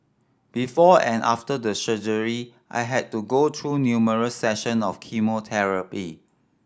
before and after the surgery I had to go through numerous session of chemotherapy